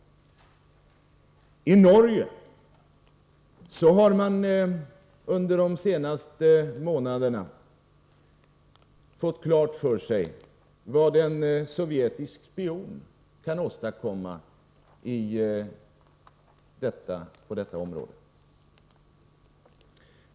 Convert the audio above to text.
I Norge har man under de senaste månaderna fått klart för sig vad en sovjetisk spion kan åstadkomma på detta område.